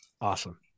awesome